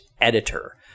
editor